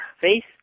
face